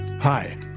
hi